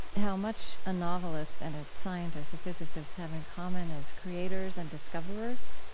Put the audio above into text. how much a novelist and a scientist, a physicist, have in common as creators and discovers